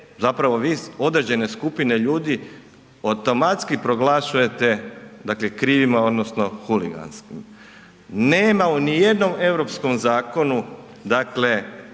zapravo vi određene skupine ljudi automatski proglašujete krivima odnosno huliganskim. Nema niti u jednom europskom zakonu